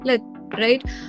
right